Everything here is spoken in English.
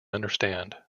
understand